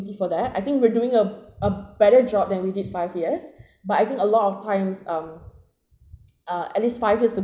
before that I think we're doing a a better job than we did five years but I think a lot of times um uh at least five years a~